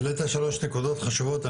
העלית שלוש נקודות חשובות,